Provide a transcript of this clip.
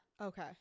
Okay